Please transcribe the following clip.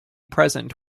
present